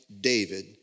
David